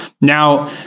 Now